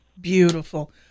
Beautiful